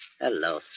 Hello